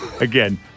Again